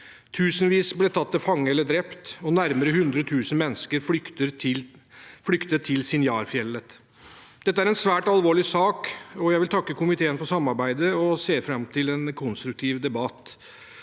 Tusenvis ble tatt til fange eller drept, og nærmere 100 000 mennesker flyktet til Sinjar-fjellet. Dette er en svært alvorlig sak. Jeg vil takke komiteen for samarbeidet og ser fram til en konstruktiv debatt.